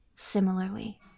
similarly